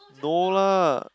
no lah